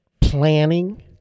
Planning